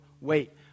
wait